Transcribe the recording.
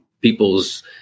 people's